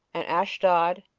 and ashdod,